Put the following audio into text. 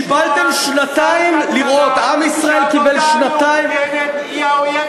קשה לי לשמוע שר כלכלה שעבודה מאורגנת היא האויב